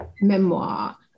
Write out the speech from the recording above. memoir